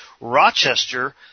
Rochester